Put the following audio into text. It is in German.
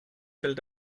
fällt